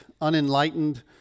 unenlightened